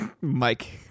Mike